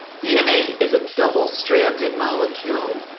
dna is a double-stranded molecule.